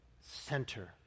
center